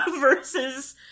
Versus